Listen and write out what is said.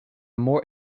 more